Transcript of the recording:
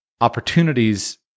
opportunities